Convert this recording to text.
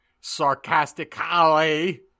sarcastically